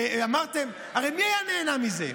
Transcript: אמרתם: הרי מי היה נהנה מזה?